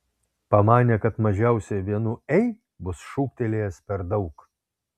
pamanė kad mažiausiai vienu ei bus šūktelėjęs per daug